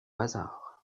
hasard